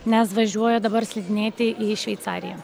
nes važiuoja dabar slidinėti į šveicariją